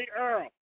Earl